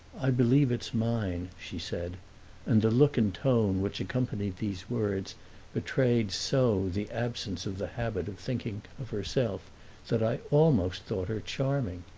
i believe it's mine, she said and the look and tone which accompanied these words betrayed so the absence of the habit of thinking of herself that i almost thought her charming.